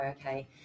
Okay